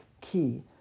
key